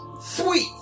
sweet